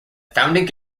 founding